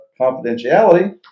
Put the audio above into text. confidentiality